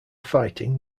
fighting